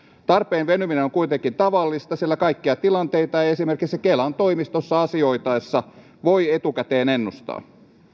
tarpeen venyminen on on kuitenkin tavallista sillä kaikkia tilanteita ei esimerkiksi kelan toimistossa asioitaessa voi etukäteen ennustaa